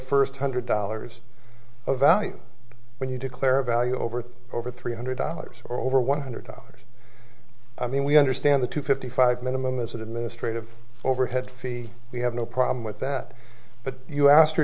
first hundred dollars over when you declare a value over over three hundred dollars or over one hundred dollars i mean we understand the two fifty five minimum is the ministry of overhead fee we have no problem with that but you asked her